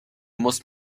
musst